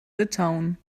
litauen